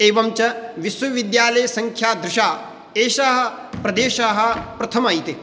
एवञ्च विश्वविद्यालये संख्यादृशा एषः प्रदेशः प्रथमायते